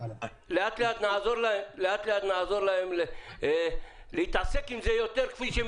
לאט לאט נעזור להם להתעסק עם זה יותר כפי שהם